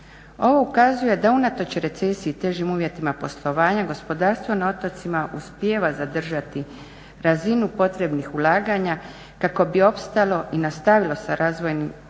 Ovo ukazuje da unatoč recesiji, težim uvjetima poslovanja gospodarstvo na otocima uspijeva zadržati razinu potrebnih ulaganja kako bi opstalo i nastavilo sa razvojem